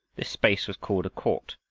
this space was called a court,